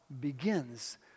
begins